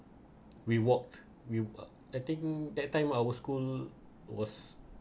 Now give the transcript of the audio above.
we walked with I think that time our school was